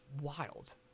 wild